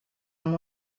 amb